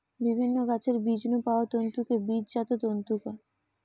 বিভিন্ন গাছের বীজ নু পাওয়া তন্তুকে বীজজাত তন্তু কয়